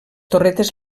torretes